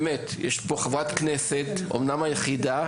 באמת, יש פה חברת כנסת כרגע אומנם היחידה